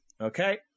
Okay